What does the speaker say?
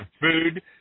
food